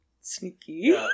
sneaky